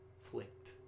flicked